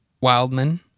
Wildman